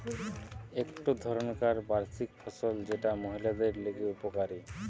একটো ধরণকার বার্ষিক ফসল যেটা মহিলাদের লিগে উপকারী